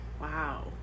Wow